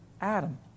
Adam